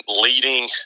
leading